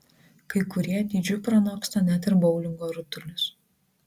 kai kurie dydžiu pranoksta net ir boulingo rutulius